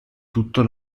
tutto